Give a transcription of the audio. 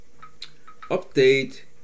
Update